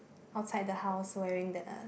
outside the house wearing the